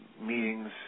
meetings